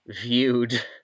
viewed